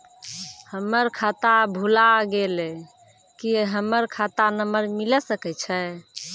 हमर खाता भुला गेलै, की हमर खाता नंबर मिले सकय छै?